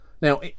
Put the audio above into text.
now